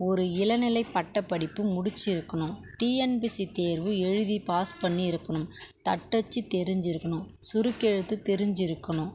ஒரு இளநிலை பட்டப்படிப்பு முடித்து இருக்கணும் டிஎன்பிஸ்சி தேர்வு எழுதி பாஸ் பண்ணி இருக்கணும் தட்டச்சு தெரிஞ்சு இருக்கணும் சுருக்கெழுத்து தெரிஞ்சுருக்குணும்